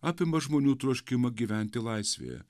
apima žmonių troškimą gyventi laisvėje